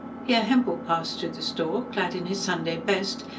here hempel passed through the store, clad in his sunday best,